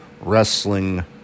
Wrestling